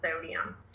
sodium